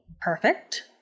perfect